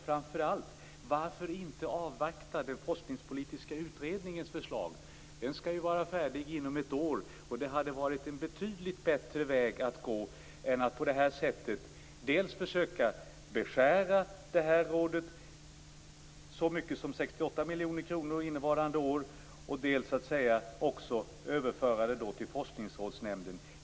Framför allt: Varför inte avvakta den forskningspolitiska utredningens förslag? Utredningen skall ju vara färdig inom ett år. Det hade varit en betydligt bättre väg att gå än att på det här sättet dels försöka beskära rådet med så mycket som 68 miljoner kronor innevarande år, dels också överföra detta till Forskningsrådsnämnden.